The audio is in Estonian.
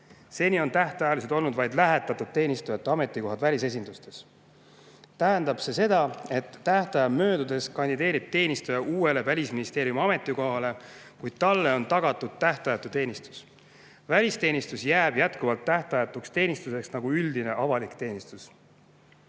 Seni on tähtajalised olnud vaid lähetatud teenistujate ametikohad välisesindustes. See tähendab seda, et tähtaja möödudes kandideerib teenistuja uuele Välisministeeriumi ametikohale, kuid talle on tagatud tähtajatu teenistus. Välisteenistus jääb jätkuvalt tähtajatuks teenistuseks nagu üldine avalik teenistus.